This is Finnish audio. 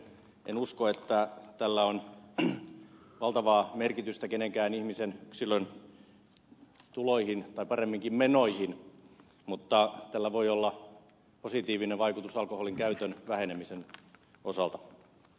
en usko että tällä on valtavaa merkitystä kenenkään ihmisen tuloille tai paremminkin menoille mutta tällä voi olla positiivinen vaikutus alkoholinkäytön vähenemisen osalta